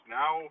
now